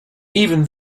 even